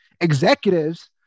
executives